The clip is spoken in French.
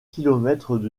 kilomètres